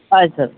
ಆಯ್ತು ಸರ್